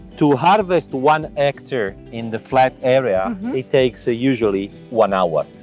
to harvest one hectare in the flat area it takes usually one hour.